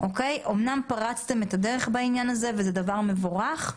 אומנם פרצתם את הדרך בעניין הזה וזה דבר מבורך,